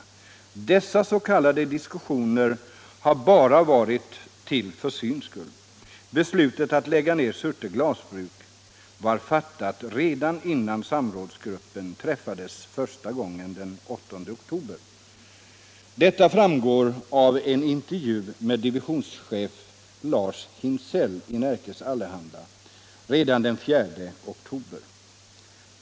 Dessa s.k. diskussioner har bara varit till för syns skull. Beslutet att lägga ned Surte glasbruk var fattat redan innan samrådsgruppen träffades för första gången den 8 oktober. Detta framgår av en intervju med div.chef Lars Hinsell i Närkes Allehanda redan den 4 oktober.